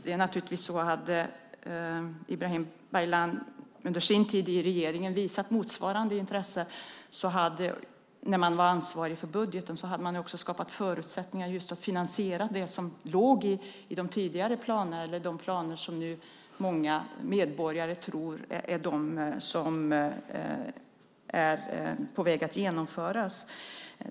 Om Ibrahim Baylan visat motsvarande intresse under sin tid i regeringen, när Socialdemokraterna var ansvariga för budgeten, hade man kunnat skapa förutsättningar för finansieringen av de projekt som låg i de planer som många medborgare nu tror är på väg att genomföras.